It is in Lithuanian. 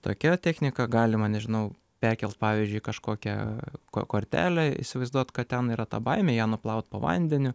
tokia technika galima nežinau perkelt pavyzdžiui kažkokią ko kortelę įsivaizduot kad ten yra ta baimė ją nuplaut po vandeniu